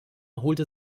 holte